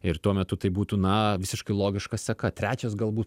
ir tuo metu tai būtų na visiškai logiška seka trečias galbūt